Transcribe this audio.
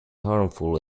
harmful